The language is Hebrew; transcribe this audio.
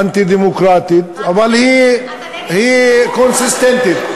אנטי-דמוקרטית, אבל היא קונסיסטנטית.